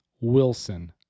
wilson